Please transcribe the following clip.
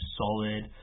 solid